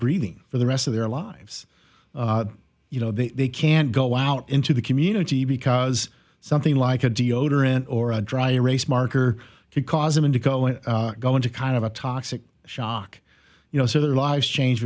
breathing for the rest of their lives you know that they can't go out into the community because something like a deodorant or a dry erase marker could cause them to go and go into kind of a toxic shock you know so their lives change